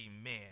amen